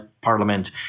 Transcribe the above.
parliament